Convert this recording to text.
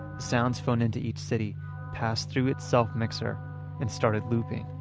sounds phoned into each city passed through its self-mixer and started looping.